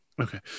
Okay